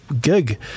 gig